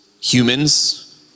humans